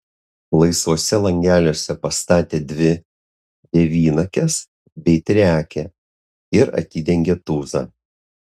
laisvuose langeliuose pastatė dvi devynakes bei triakę ir atidengė tūzą